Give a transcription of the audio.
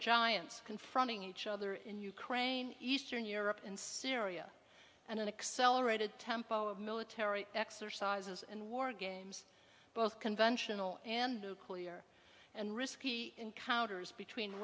giants confronting each other in ukraine eastern europe and syria and an accelerated tempo of military exercises and war games both conventional and nuclear and risky encounters between